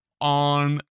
on